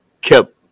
kept